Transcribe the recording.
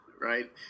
right